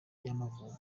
y’amavubi